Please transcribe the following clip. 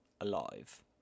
alive